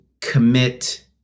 commit